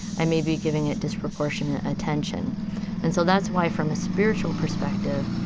i may be giving it disproportionate attention and so that's why, from a spiritual perspective,